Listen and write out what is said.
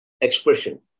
expression